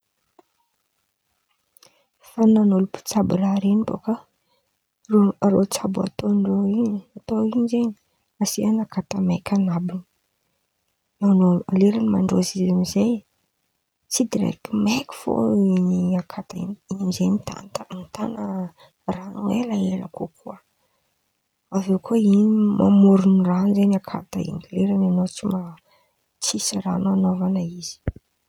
Fan̈aon'olo mpitsabo raha ren̈y bôka irô irô tsabo ataon̈y irô in̈y atao in̈y zen̈y asian̈a akata maiky an̈abon̈any. An̈ao leran̈y mandrôzy izy amizay tsy direkity maiky fo in̈y akata in̈y, in̈y amizay mitan̈a ran̈o elaela kokoa, avy eo koa in̈y mamoron̈o ran̈o zen̈y akata in̈y leran̈y an̈ao tsy ma-tsisy ran̈o anan̈ana izy.